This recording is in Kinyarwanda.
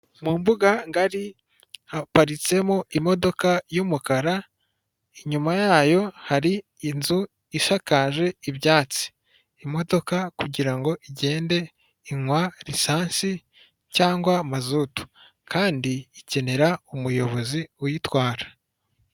Mu mbuga ngari haparitsemo imodoka y'umukara, inyuma yayo hari inzu isakaje ibyatsi, Imodoka kugirango ngo igende inywa lisansi cyangwa mazutu, kandi ikenera umuyobozi uyitwara.